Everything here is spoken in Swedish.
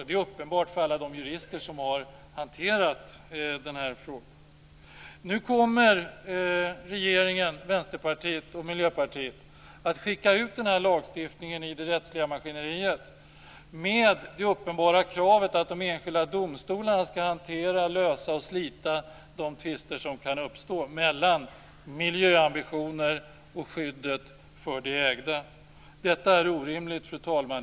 Detta är uppenbart för alla de jurister som har hanterat frågan. Nu kommer regeringen, Vänsterpartiet och Miljöpartiet att skicka ut den här lagstiftningen i det rättsliga maskineriet med det uppenbara kravet att de enskilda domstolarna skall hantera, lösa och slita de tvister som kan uppstå mellan miljöambitioner och skyddet för det ägda. Detta är orimligt, fru talman!